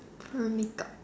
for makeup